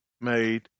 made